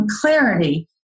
clarity